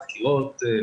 דקירות,